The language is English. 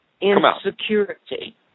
insecurity